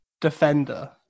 defender